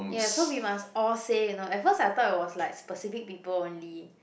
yes so we must all say you know at first I thought it was like specific people only